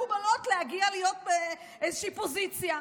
מקובלות להגיע להיות באיזושהי פוזיציה.